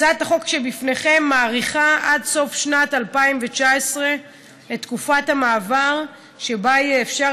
הצעת החוק שלפניכם מאריכה עד סוף שנת 2019 את תקופת המעבר שבה יהיה אפשר